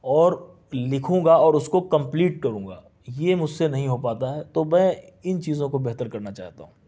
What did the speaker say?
اور لکھوں گا اور اس کو کمپلیٹ کروں گا یہ مجھ سے نہیں ہو پاتا ہے تو میں ان چیزوں کو بہتر کرنا چاہتا ہوں